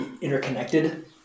interconnected